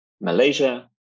Malaysia